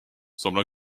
semble